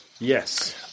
Yes